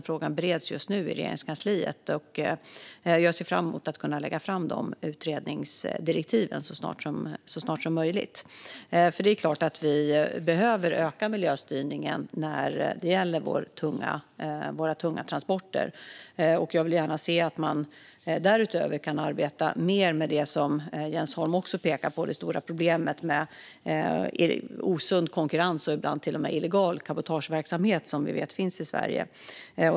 Frågan bereds alltså i Regeringskansliet, och jag ser fram emot att kunna lägga fram dessa utredningsdirektiv så snart som möjligt. Det är klart att vi behöver öka miljöstyrningen när det gäller våra tunga transporter, och jag vill gärna se att man därutöver kan arbeta mer med det som Jens Holm också pekar på, nämligen det stora problemet med osund konkurrens och ibland till och med illegal cabotageverksamhet som vi vet finns i Sverige.